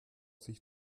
sich